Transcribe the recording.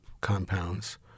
compounds